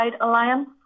alliance